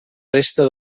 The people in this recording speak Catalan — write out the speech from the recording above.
resta